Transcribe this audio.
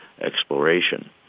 exploration